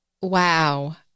Wow